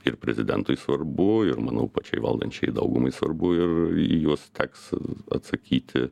ir prezidentui svarbu ir manau pačiai valdančiajai daugumai svarbu ir į juos teks atsakyti